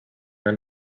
your